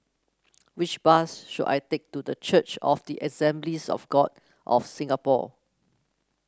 which bus should I take to The Church of the Assemblies of God of Singapore